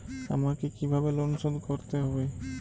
আমাকে কিভাবে লোন শোধ করতে হবে?